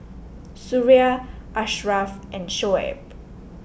Suria Ashraf and Shoaib